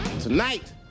Tonight